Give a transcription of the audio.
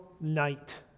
night